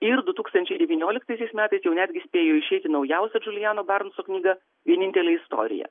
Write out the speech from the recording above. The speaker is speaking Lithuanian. ir du tūkstančiai devynioliktaisiais metais jau netgi spėjo išeiti naujausio džulijano baronso knyga vienintelė istorija